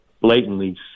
blatantly